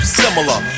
similar